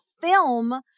film